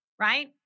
right